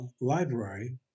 library